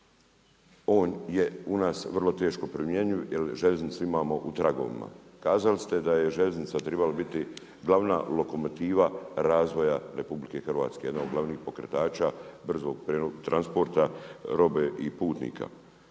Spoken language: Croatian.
on je u nas vrlo teško primjenjiv jer željeznicu imamo u tragovima. Kazali ste da bi željeznica trebala biti glavana lokomotiva razvoja RH jedan od glavnih pokretača brzog transporta robe i putnika,